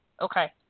Okay